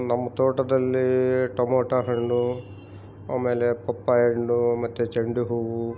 ನಮ್ಮ ತೋಟದಲ್ಲೀ ಟಮೋಟ ಹಣ್ಣು ಆಮೇಲೆ ಪಪ್ಪಾಯಣ್ಣು ಮತ್ತು ಚೆಂಡು ಹೂವು